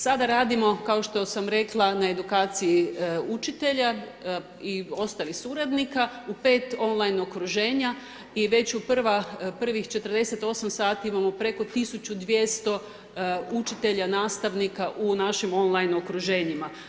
Sada radimo kao što sam rekla na edukaciji učitelja i ostalih suradnika u pet on line okruženja i već u prvih 48 sati imamo preko 1200 učitelja, nastavnika u našim on line okruženjima.